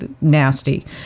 nasty